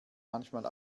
manchmal